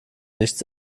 nichts